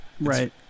Right